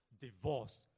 divorce